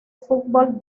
fútbol